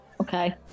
okay